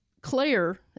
Claire